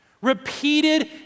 Repeated